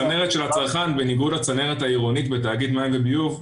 כי הצנרת של הצרכן בניגוד לצנרת העירונית בתאגיד מים וביוב,